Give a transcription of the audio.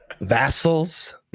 vassals